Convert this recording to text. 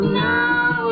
now